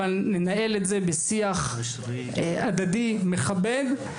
אבל ננהל את זה בשיח הדדי, מכבד.